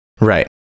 Right